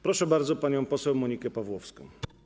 Proszę bardzo panią poseł Monikę Pawłowską.